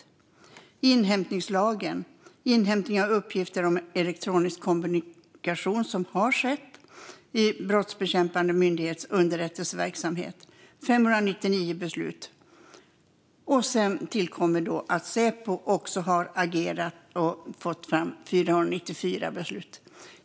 I fråga om inhämtningslagen, det vill säga inhämtning av uppgifter om elektronisk kommunikation som har skett i de brottsbekämpande myndigheternas underrättelseverksamhet, var det 599 beslut. Vidare tillkommer att Säpo också har agerat, vilket har lett fram till 494 beslut.